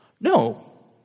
No